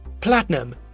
Platinum